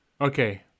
Okay